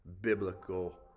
biblical